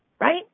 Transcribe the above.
Right